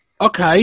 okay